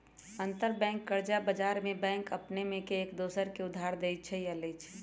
अंतरबैंक कर्जा बजार में बैंक अपने में एक दोसर के उधार देँइ छइ आऽ लेइ छइ